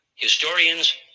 historians